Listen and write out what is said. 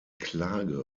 klage